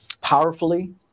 powerfully